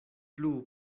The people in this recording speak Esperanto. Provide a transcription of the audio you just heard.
plu